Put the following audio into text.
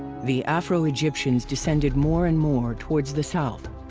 the afro-egyptians descended more and more towards the south.